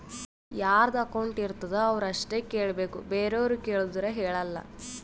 ಯಾರದು ಅಕೌಂಟ್ ಇರ್ತುದ್ ಅವ್ರು ಅಷ್ಟೇ ಕೇಳ್ಬೇಕ್ ಬೇರೆವ್ರು ಕೇಳ್ದೂರ್ ಹೇಳಲ್ಲ